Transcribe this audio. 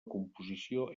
composició